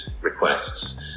requests